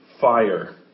fire